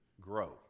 grow